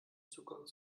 zugang